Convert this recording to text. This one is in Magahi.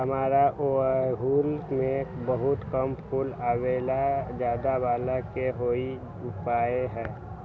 हमारा ओरहुल में बहुत कम फूल आवेला ज्यादा वाले के कोइ उपाय हैं?